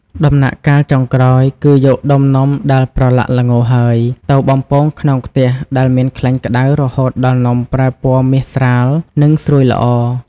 ដំណាក់កាលចុងក្រោយ គឺយកដុំនំដែលប្រឡាក់ល្ងរហើយ ទៅបំពងក្នុងខ្ទះដែលមានខ្លាញ់ក្តៅរហូតដល់នំប្រែពណ៌មាសស្រាល និងស្រួយល្អ។